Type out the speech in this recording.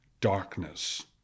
darkness